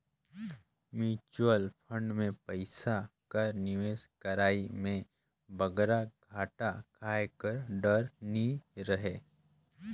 mutual fund में पइसा कर निवेस करई में बगरा घाटा खाए कर डर नी रहें